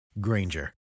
Granger